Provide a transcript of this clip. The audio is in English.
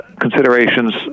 considerations